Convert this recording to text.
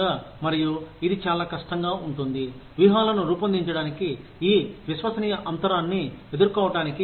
మరియు ఇది చాలా కష్టంగా ఉంటుంది వ్యూహాలను రూపొందించడానికి ఈ విశ్వసనీయ అంతరాన్ని ఎదుర్కోవటానికి